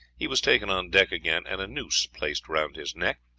he was taken on deck again and a noose placed round his neck,